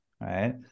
right